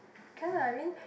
can lah I mean